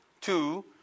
two